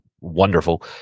wonderful